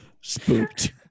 Spooked